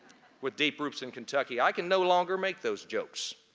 with deep roots in kentucky, i can no longer make those jokes.